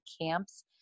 camps